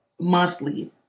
monthly